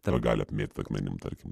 tave gali apmėtyt akmenim tarkim